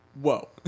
whoa